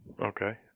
Okay